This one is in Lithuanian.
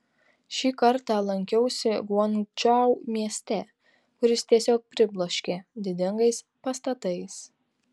šį kartą lankiausi guangdžou mieste kuris tiesiog pribloškė didingais pastatais